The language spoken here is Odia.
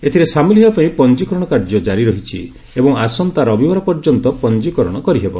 ଏଥିରେ ସାମିଲ ହେବା ପାଇଁ ପଞ୍ଜିକରଣ କାର୍ଯ୍ୟ ଜାରି ରହିଛି ଏବଂ ଆସନ୍ତା ରବିବାର ପର୍ଯ୍ୟନ୍ତ ପଞ୍ଜିକରଣ କରିହେବ